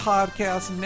Podcast